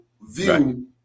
view